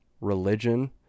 religion